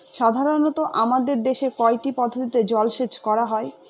সাধারনত আমাদের দেশে কয়টি পদ্ধতিতে জলসেচ করা হয়?